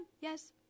Yes